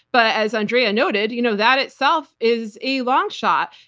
but as andrea noted, you know that itself is a long shot.